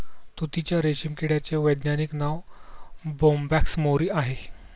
तुतीच्या रेशीम किड्याचे वैज्ञानिक नाव बोंबॅक्स मोरी आहे